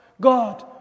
God